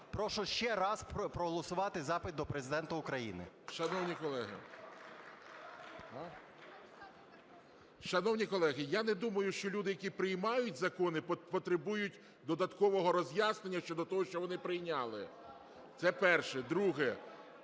Прошу ще раз проголосувати запит до Президента України. ГОЛОВУЮЧИЙ. Шановні колеги! Шановні колеги, я не думаю, що люди, які приймають закони, потребують додаткового роз'яснення щодо того, що вони прийняли. Це перше. Друге.